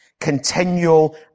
continual